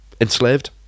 Enslaved